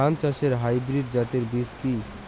ধান চাষের হাইব্রিড জাতের বীজ কি?